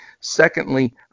Secondly